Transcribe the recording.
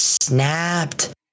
snapped